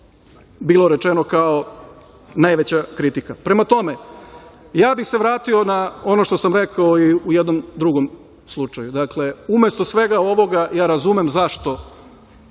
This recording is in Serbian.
bilo rečeno kao najveća kritika. Prema tome, ja bih se vratio na ono što sam rekao i u jednom drugom slučaju. Umesto svega ovoga, ja razumem zašto